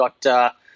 got